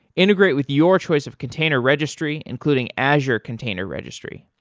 integrate with your choice of container registry, including azure container registry.